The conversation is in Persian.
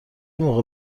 موقع